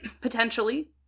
potentially